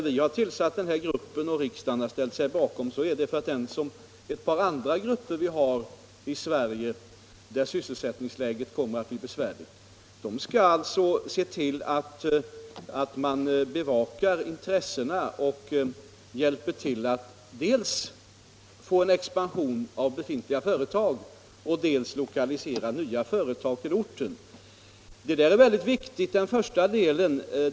Vi har tillsatt den här gruppen — och riksdagen har ställt sig bakom detta — för att den, liksom ett par andra grupper när det gäller områden där sysselsättningsläget kommer att bli besvärligt, skall se till att man bevakar intressena och hjälper till att dels få en expansion av befintliga företag, dels lokalisera nya företag till orten. Den första delen av uppgiften är mycket viktig.